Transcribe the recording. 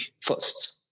first